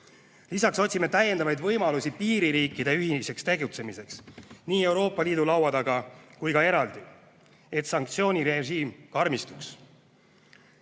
Lisaks otsime täiendavaid võimalusi piiririikide ühiseks tegutsemiseks nii Euroopa Liidu laua taga kui ka eraldi, et sanktsioonirežiim karmistuks.